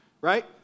right